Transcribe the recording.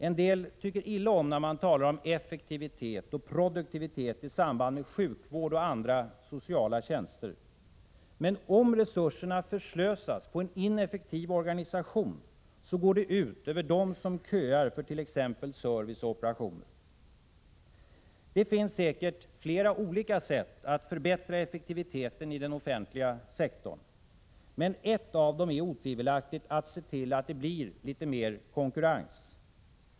En del ogillar att man talar om effektivitet och produktivitet i samband med sjukvård och andra sociala tjänster, men om resurserna förslösas på en ineffektiv organisation går det ut över dem som köar för t.ex. service eller operationer. Det finns säkert flera olika sätt att förbättra effektiviteten i den offentliga sektorn. Ett av dem är otvivelaktigt att se till att det blir litet mer konkurrens.